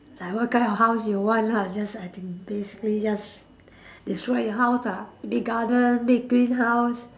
like what kind of house you want lah just I think basically just describe your house ah big garden big green house